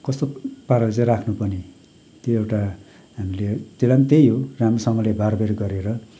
कस्तो पाराले चाहिँ राख्नु पर्ने त्यो एउटा हामीले त्यसलाई त्यही हो राम्रोसँगले बारबेर गरेर